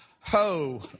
Ho